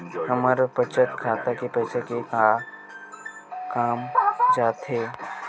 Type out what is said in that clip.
हमर बचत खाता के पईसा हे कामा जाथे?